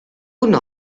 una